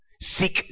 Seek